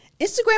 Instagram